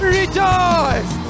rejoice